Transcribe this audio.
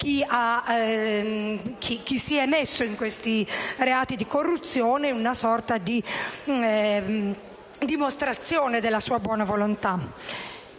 chi si è messo in questi reati di corruzione, una sorta di dimostrazione della sua buona volontà.